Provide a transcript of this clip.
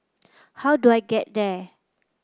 how do I get there